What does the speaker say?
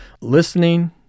Listening